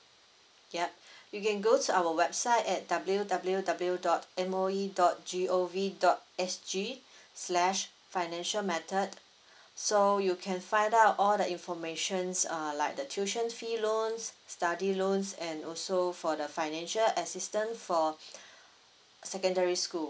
yup you can go to our website at W_W_W dot M_O_E dot G_O_V dot S_G slash financial method so you can find out all the informations err like the tuition fee loans study loans and also for the financial assistance for secondary school